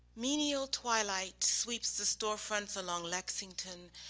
menial twilight sweeps the storefronts along lexington,